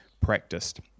practiced